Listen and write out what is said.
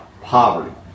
poverty